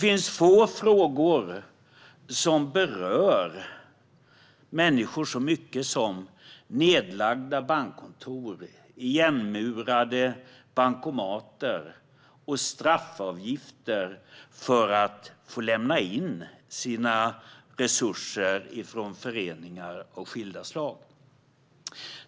Få frågor berör människor så mycket som nedlagda bankkontor, igenmurade bankomater och straffavgifter för att få lämna in sina resurser från föreningar av skilda slag.